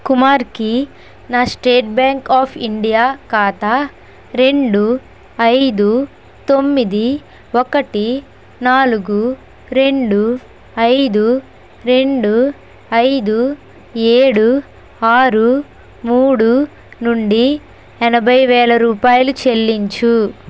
కుమార్కి నా State Bank of India ఖాతా రెండు ఐదు తొమ్మిది ఒకటి నాలుగు రెండు ఐదు రెండు ఐదు ఏడు ఆరు మూడు నుండి ఎనభై వేల రూపాయలు చెల్లించు